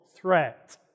threat